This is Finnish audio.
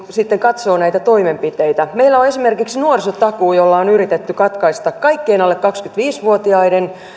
sitten katsoo näitä toimenpiteitä meillä on esimerkiksi nuorisotakuu jolla on yritetty katkaista kaikkien alle kaksikymmentäviisi vuotiaiden